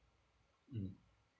mm